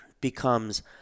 becomes